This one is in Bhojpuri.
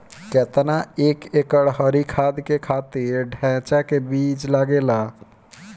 केतना एक एकड़ हरी खाद के खातिर ढैचा के बीज लागेला?